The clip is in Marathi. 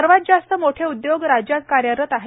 सर्वात जास्त मोठे उद्योग राज्यात कार्यरत आहेत